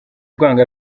urwango